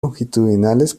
longitudinales